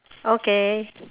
okay